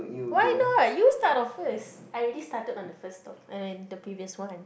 why not you start off first I already started on the first I mean the previous one